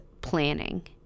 planning